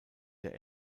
der